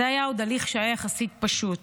זה עוד היה הליך שהיה יחסית פשוט.